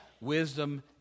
wisdom